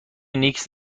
نیکز